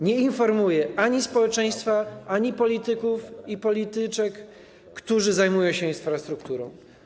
Nie informuje ani społeczeństwa, ani polityków i polityczek, którzy zajmują się infrastrukturą.